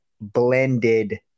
blended